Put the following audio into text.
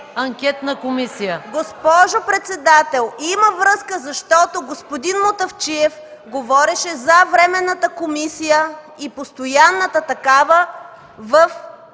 АТАНАСОВА: Госпожо председател, има връзка, защото господин Мутафчиев говореше за Временната комисия и постоянната такава в